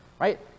Right